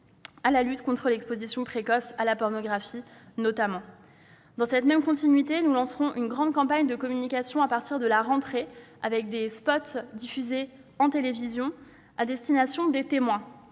à la lutte contre l'exposition précoce à la pornographie, notamment. Dans la continuité, nous lancerons une grande campagne de communication à partir de la rentrée, avec des spots diffusés à la télévision, à destination des témoins.